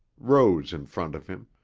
rose in front of him.